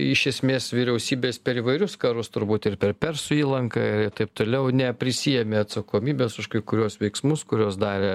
iš esmės vyriausybės per įvairius karus turbūt ir per persų įlanką ir taip toliau neprisiėmė atsakomybės už kai kuriuos veiksmus kuriuos darė